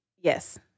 Yes